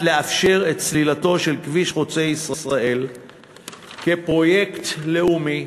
לאפשר את סלילתו של כביש חוצה-ישראל כפרויקט לאומי.